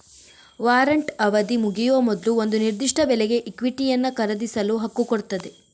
warrant ಅವಧಿ ಮುಗಿಯುವ ಮೊದ್ಲು ಒಂದು ನಿರ್ದಿಷ್ಟ ಬೆಲೆಗೆ ಇಕ್ವಿಟಿಯನ್ನ ಖರೀದಿಸಲು ಹಕ್ಕು ಕೊಡ್ತದೆ